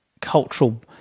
cultural